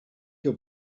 your